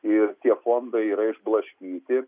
ir tie fondai yra išblaškyti